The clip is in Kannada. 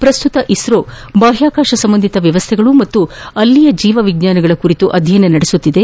ಪ್ರಸ್ತುತ ಇಸ್ರೋ ಬಾಹ್ಯಾಕಾಶ ಸಂಬಂಧಿತ ವ್ಯವಸ್ಥೆಗಳು ಹಾಗೂ ಅಲ್ಲಿನ ಜೀವ ವಿಜ್ಞಾನಗಳ ಕುರಿತು ಅಧ್ಯಯನ ನಡೆಸುತ್ತಿದೆ